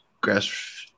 grass